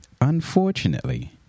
unfortunately